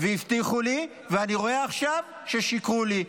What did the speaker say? והבטיחו לי, ואני רואה עכשיו ששיקרו לי.